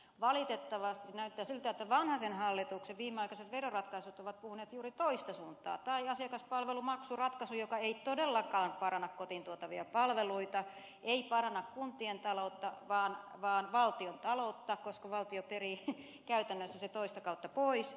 valitettavasti näyttää siltä että vanhasen hallituksen viimeaikaiset veroratkaisut ovat puhuneet juuri toiseen suuntaan tai asiakaspalvelumaksuratkaisu joka ei todellakaan paranna kotiin tuotavia palveluita ei paranna kuntien taloutta vaan valtion taloutta koska valtio perii käytännössä sen toista kautta pois